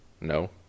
No